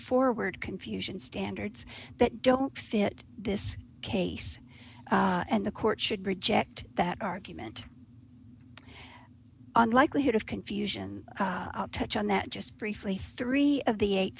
forward confusion standards that don't fit this case and the court should reject that argument unlikelihood of confusion touch on that just briefly three of the eight